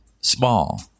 small